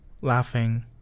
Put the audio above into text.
laughing